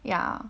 ya